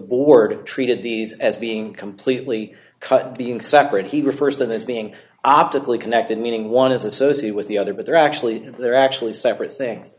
board treated these as being completely cut being separate he refers to this being optically connected meaning one is associated with the other but they're actually they're actually separate things